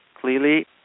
Clearly